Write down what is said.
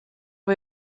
hai